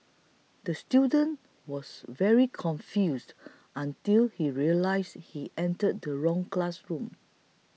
the student was very confused until he realised he entered the wrong classroom